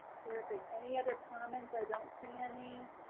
terrific, any other comments? i don't see any.